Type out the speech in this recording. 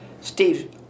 Steve